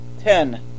Ten